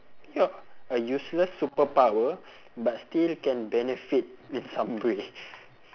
ya a useless superpower but still can benefit in some way